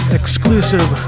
exclusive